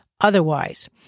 otherwise